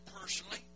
personally